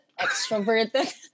extroverted